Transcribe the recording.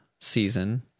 season